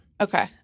Okay